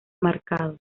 marcados